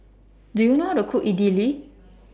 Do YOU know How to Cook Idili